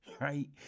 right